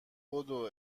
بدو